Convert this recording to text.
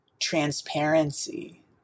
transparency